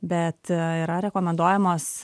bet yra rekomenduojamos